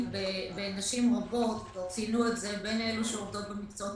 בנשים רבות בין אלו שעובדות במקצועות